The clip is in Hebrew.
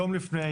יום לפני,